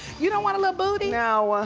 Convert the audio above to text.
you don't want a little booty? no,